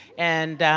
and,